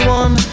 one